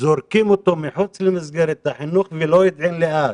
זורקים אותו מחוץ למסגרת החינוך ולא יודעים לאן,